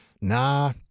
Nah